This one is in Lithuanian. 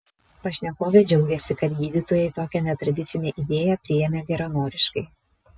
pašnekovė džiaugiasi kad gydytojai tokią netradicinę idėją priėmė geranoriškai